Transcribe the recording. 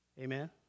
Amen